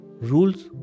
Rules